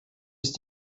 ist